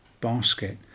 basket